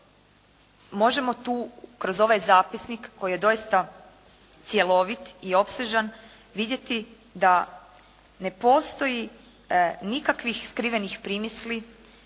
možemo tu kroz ovaj zapisnik koji je doista cjelovit i opsežan vidjeti da ne postoji nikakvih skrivenih primisli,